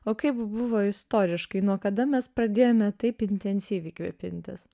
o kaip buvo istoriškai nuo kada mes pradėjome taip intensyviai kvepintis